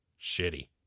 Shitty